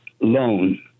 loan